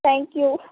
thank you